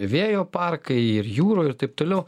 vėjo parkai ir jūrų ir taip toliau